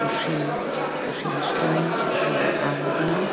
של חברי הכנסת דוד רותם,